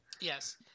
Yes